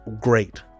great